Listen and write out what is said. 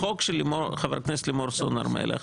בחוק של חברת הכנסת לימור סון הר מלך,